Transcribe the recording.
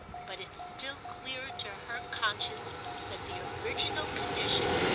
but it's still clearer to her conscience that the original condition,